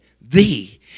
thee